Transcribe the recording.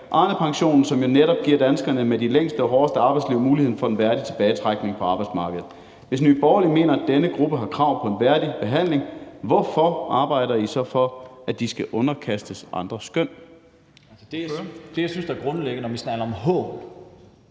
Arnepensionen, som jo netop giver danskerne med de længste og hårdeste arbejdsliv muligheden for en værdig tilbagetrækning fra arbejdsmarkedet. Hvis Nye Borgerlige mener, at denne gruppe har krav på en værdig behandling, hvorfor arbejder I så for, at de skal underkastes andres skøn? Kl. 15:25 Formanden (Henrik Dam